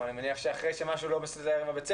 אני מניח שזה אחרי שמשהו לא מסתדר עם בית הספר.